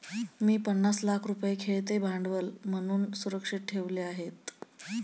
मी पन्नास लाख रुपये खेळते भांडवल म्हणून सुरक्षित ठेवले आहेत